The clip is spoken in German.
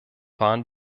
waren